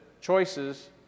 choices